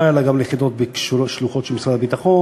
אלא גם ליחידות שהן שלוחות של משרד הביטחון,